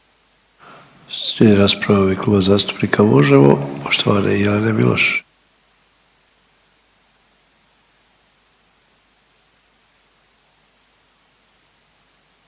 Slijedi rasprava u ime Kluba zastupnika Možemo! poštovane Jelene Miloš.